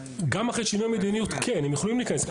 גם אחרי שינוי המדיניות, כן, הם יכולים להיכנס.